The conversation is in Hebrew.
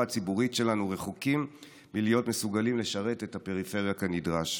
הציבורית שלנו רחוקים מלהיות מסוגלים לשרת את הפריפריה כנדרש.